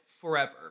forever